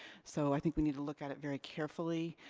so i think we need to look at it very carefully.